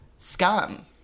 Scum